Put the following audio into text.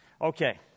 Okay